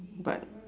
but